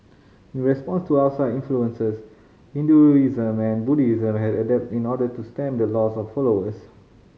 in response to outside influences Hinduism and Buddhism had to adapt in order to stem the loss of followers